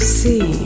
see